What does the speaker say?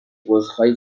عذرخواهی